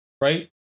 right